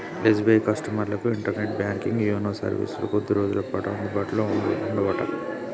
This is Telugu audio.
ఎస్.బి.ఐ కస్టమర్లకు ఇంటర్నెట్ బ్యాంకింగ్ యూనో సర్వీసులు కొద్ది రోజులపాటు అందుబాటులో ఉండవట